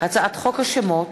הצעת חוק השמות